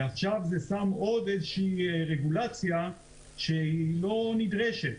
ועכשיו זה שם עוד רגולציה שלא נדרשת.